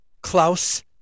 Klaus